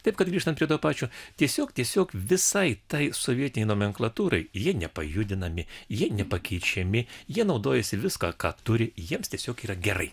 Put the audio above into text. taip kad grįžtant prie to pačio tiesiog tiesiog visai tai sovietinei nomenklatūrai jie nepajudinami jie nepakeičiami jie naudojasi viską ką turi jiems tiesiog yra gerai